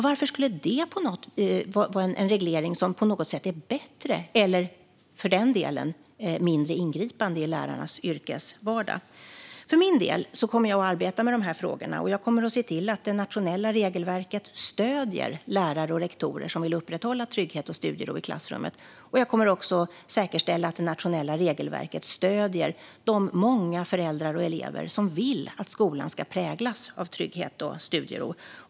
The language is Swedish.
Varför skulle det vara en reglering som på något sätt är bättre eller, för den delen, mindre ingripande i lärarnas yrkesvardag? Jag kommer att arbeta med dessa frågor, och jag kommer att se till att det nationella regelverket stöder lärare och rektorer som vill upprätthålla trygghet och studiero i klassrummet. Jag kommer också att säkerställa att det nationella regelverket stöder de många föräldrar och elever som vill att skolan ska präglas av trygghet och studiero.